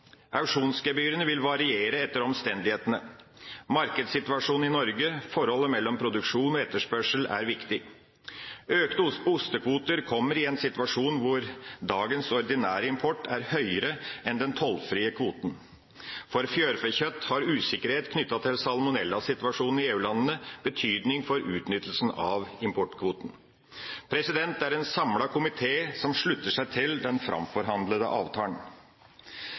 Auksjonsgebyrene vil variere etter omstendighetene. Markedssituasjonen i Norge, forholdet mellom produksjon og etterspørsel, er viktig. Økte ostekvoter kommer i en situasjon hvor dagens ordinære import er høyere enn den tollfrie kvoten. For fjærfekjøtt har usikkerhet knyttet til salmonellasituasjonen i EU-landene betydning for utnyttelsen av importkvoten. Det er en samlet komité som slutter seg til den framforhandlede avtalen.